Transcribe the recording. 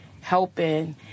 helping